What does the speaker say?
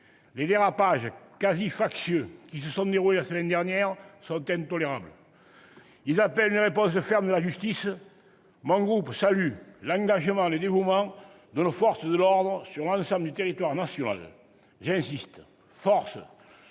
Les dérapages quasi factieux qui se sont déroulés la semaine dernière sont intolérables. Ils appellent une réponse ferme de la justice. Mon groupe salue l'engagement et le dévouement de nos forces de l'ordre sur l'ensemble du territoire national. J'insiste : force